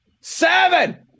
seven